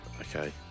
Okay